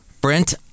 Brent